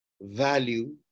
value